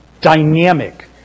Dynamic